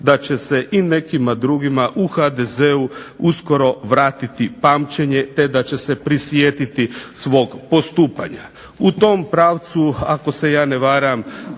da će se i nekima drugima u HDZ-u uskoro vratiti pamćenje te da će se prisjetiti svog postupanja. U tom pravcu ako se ja ne varam